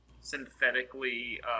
synthetically